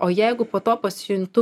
o jeigu po to pasijuntu